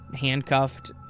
handcuffed